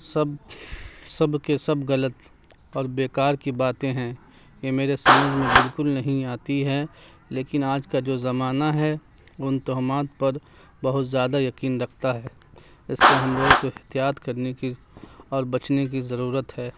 سب سب کے سب غلط اور بےکار کی باتیں ہیں یہ میرے سمجھ میں بالکل نہیں آتی ہیں لیکن آج کا جو زمانہ ہے ان توہمات پر بہت زیادہ یقین رکھتا ہے اس سے ہم لوگوں کو احتیاط کرنے کی اور بچنے کی ضرورت ہے